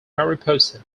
mariposa